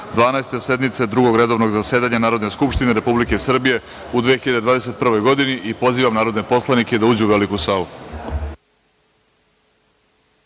sednice Drugog redovnog zasedanja Narodne skupštine Republike Srbije u 2021. godini i pozivam narodne poslanike da uđu u veliku